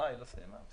איחוד עוסקים,